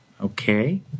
Okay